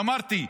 ואמרתי,